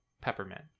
Peppermint